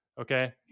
okay